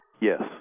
Yes